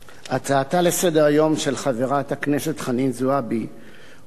הצעתה לסדר-היום של חברת הכנסת חנין זועבי הועברה